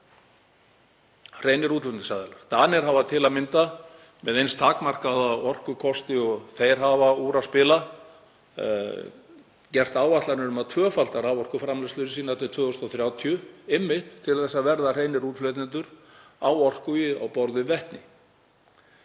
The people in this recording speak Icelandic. hreinir útflutningsaðilar. Danir hafa til að mynda, með eins takmarkaða orkukosti og þeir hafa úr að spila, gert áætlanir um að tvöfalda raforkuframleiðslu sína til 2030, einmitt til að verða hreinir útflytjendur á orku á borð við vetni.